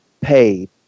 paid